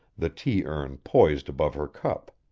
the tea-urn poised above her cup.